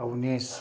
Awanish